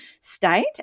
state